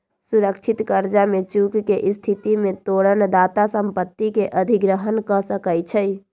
सुरक्षित करजा में चूक के स्थिति में तोरण दाता संपत्ति के अधिग्रहण कऽ सकै छइ